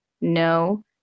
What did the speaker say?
no